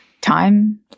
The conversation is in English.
time